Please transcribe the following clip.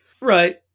Right